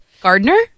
Gardner